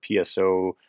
PSO